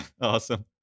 Awesome